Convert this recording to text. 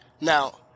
Now